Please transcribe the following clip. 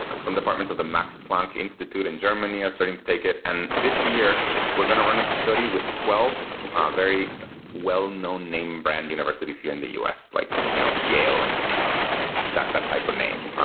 some departments of the max planck institute in germany are starting to take it. and this year we're going to run a study with twelve very well known name brand universities here in the us like you know yale and that that type of name.